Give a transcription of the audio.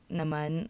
naman